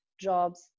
jobs